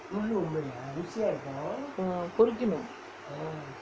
mm பொரிக்கணும்:porikkanum